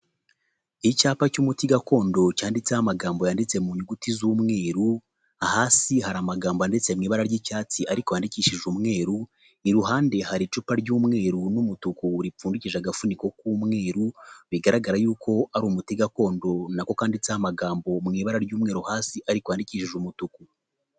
Icyapa cy'umuti gakondo cyanditseho amagambo yanditse muyuguti z'umweru, hasi hari amagambo anditse mu ibara ry'icyatsi ariko yanwandikishije umweru, iruhande hari icupa ry'umweru n'umutuku ripfundikije agafuniko k'umweru, bigaragara yuko ari umuti gakondo nako kandiditseho amagambo mu ibara ry'umweru hasi ariko yandikishije umutuku.